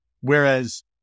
Whereas